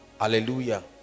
hallelujah